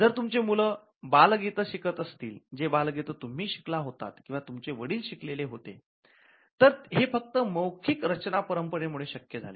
जर तुमचे मुलं बालगीतेशिकत असतील जे बालगीते तुम्ही शिकला होतात किंवा तुमचे वडील शिकलेले होते तर हे फक्त मौखिक रचना परंपरे मुळे शक्य झाले